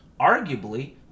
Arguably